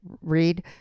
read